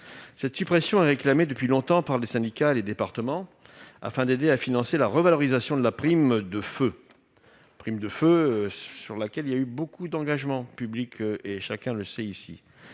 Cette suppression est réclamée depuis longtemps par les syndicats et les départements, afin d'aider à financer la revalorisation de la prime de feu, sur laquelle il y a eu beaucoup d'engagements publics, comme chacun le sait ici.